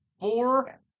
four